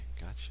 gotcha